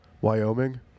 Wyoming